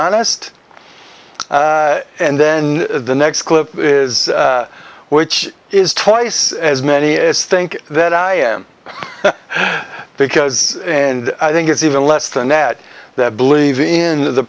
honest and then the next clip is which is twice as many as think that i am because and i think it's even less than ad that believe in the